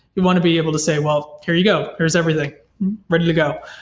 you want to be able to say, well, here you go. here is everything ready to go.